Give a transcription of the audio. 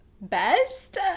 best